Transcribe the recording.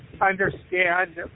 understand